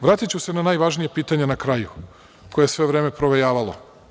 Vratiću se na najvažnije pitanje na kraju, koje je sve vreme provejavalo.